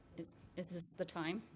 is is this the time?